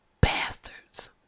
bastards